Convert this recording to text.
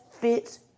fits